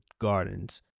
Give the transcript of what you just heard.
Gardens